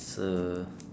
it's a